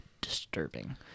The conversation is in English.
disturbing